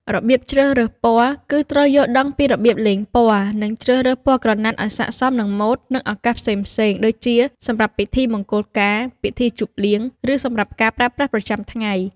របៀបជ្រើសរើសពណ៌ គឺត្រូវយល់ដឹងពីរបៀបលេងពណ៌ និងជ្រើសរើសពណ៌ក្រណាត់ឱ្យស័ក្តិសមនឹងម៉ូដ និងឱកាសផ្សេងៗ ដូចជា សម្រាប់ពិធីមង្គលការ ពិធីជប់លៀង ឬសម្រាប់ការប្រើប្រាស់ប្រចាំថ្ងៃ។